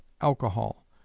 alcohol